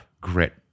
grit